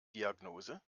diagnose